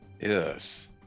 Yes